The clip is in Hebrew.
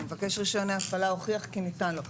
או מבקש רישיון ההפעלה הוכיח כי ניתן לו.